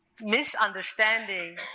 misunderstanding